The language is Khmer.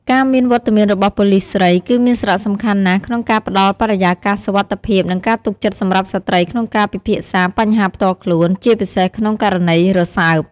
ការមានវត្តមានរបស់ ប៉ូលិសស្រី គឺមានសារៈសំខាន់ណាស់ក្នុងការផ្តល់បរិយាកាសសុវត្ថិភាព និងការទុកចិត្តសម្រាប់ស្ត្រីក្នុងការពិភាក្សាបញ្ហាផ្ទាល់ខ្លួន ជាពិសេសក្នុងករណីរសើប។